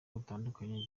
butandukanye